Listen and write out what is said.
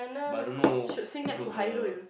but I don't know who's the